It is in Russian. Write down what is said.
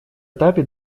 этапе